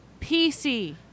PC